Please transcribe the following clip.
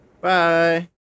Bye